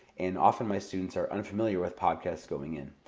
and often my students are unfamiliar with podcasts going in.